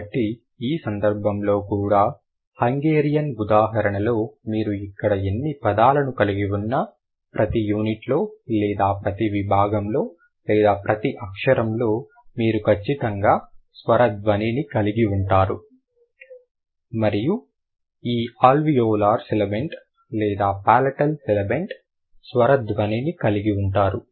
కాబట్టి ఈ సందర్భంలో కూడా హంగేరియన్ ఉదాహరణలో మీరు ఇక్కడ ఎన్ని పదాలను కలిగి ఉన్నా ప్రతి యూనిట్లో లేదా ప్రతి విభాగంలో లేదా ప్రతి అక్షరంలో మీరు ఖచ్చితంగా స్వర ధ్వనిని కలిగి ఉంటారు మరియు ఈ అల్వియోలార్ సిబిలెంట్ లేదా పాలటల్ సిబిలెంట్ స్వర ధ్వనిని కలిగి ఉంటారు